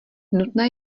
nutné